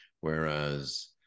whereas